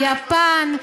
יפן,